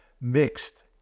mixed